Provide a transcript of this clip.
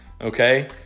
okay